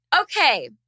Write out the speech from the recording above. Okay